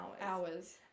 hours